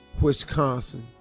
Wisconsin